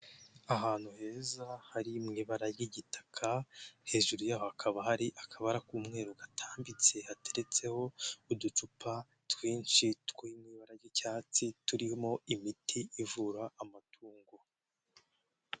Ahantu heza hari mu ibara ry'igitaka, hejuru yaho hakaba hari akabara k'umweru gatambitse hateretseho uducupa twinshi turi mu ibara ry'icyatsi turimo imiti ivura amatungo.